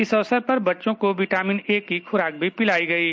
इस अवसर पर बच्चों को विटामिन ए की खुराक भी पिलाई गयी